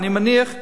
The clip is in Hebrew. ואני מניח,